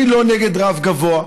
אני לא נגד רף גבוה,